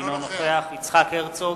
אינו נוכח יצחק הרצוג,